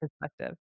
perspective